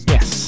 Yes